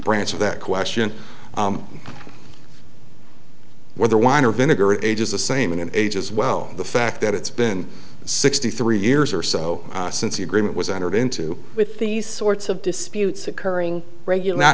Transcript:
branch of that question whether wine or vinegar age is the same in age as well the fact that it's been sixty three years or so since the agreement was entered into with these sorts of disputes occurring regular not